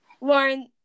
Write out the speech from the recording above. Lauren